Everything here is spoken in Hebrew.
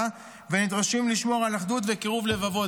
ונדרשים לשמור על אחדות וקירוב לבבות.